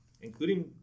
including